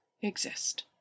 exist